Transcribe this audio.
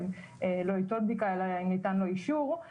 של לא יטול בדיקה אלא אם ניתן לו אישור,